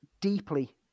deeply